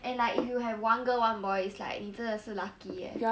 and like if you have one girl one boy is like 你真的是 lucky eh